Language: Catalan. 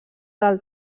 del